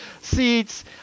seats